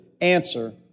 answer